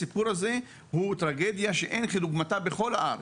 הסיפור הזה הוא טרגדיה שאין כדוגמתה בכל הארץ.